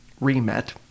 re-met